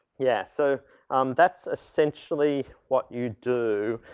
yeah so that's essentially what you do.